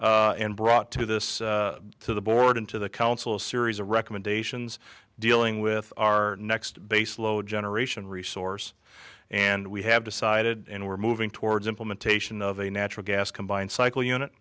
and brought to this to the board and to the council a series of recommendations dealing with our next baseload generation resource and we have decided we're moving towards implementation of a natural gas combined cycle unit